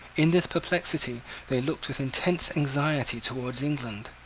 in this perplexity they looked with intense anxiety towards england.